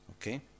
Okay